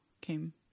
came